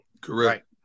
Correct